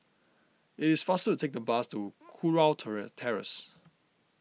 it is faster to take the bus to Kurau Terrace